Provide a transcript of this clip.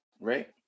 Right